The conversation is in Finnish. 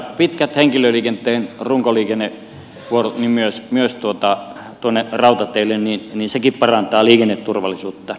pitkät henkilöliikenteen runkoliikennevuorot myös tuonne rautateille niin sekin parantaa liikenneturvallisuutta